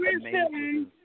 amazing